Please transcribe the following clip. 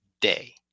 day